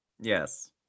Yes